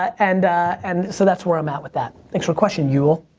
and and so that's where i'm at with that. thanks for the question, yule.